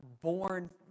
born